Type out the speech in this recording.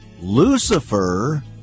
Lucifer